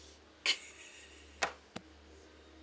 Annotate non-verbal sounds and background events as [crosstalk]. [laughs]